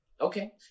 Okay